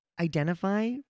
identify